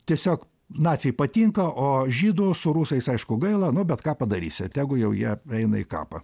tiesiog naciai patinka o žydų su rusais aišku gaila nu bet ką padarysi tegu jau jie eina į kapą